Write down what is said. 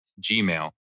Gmail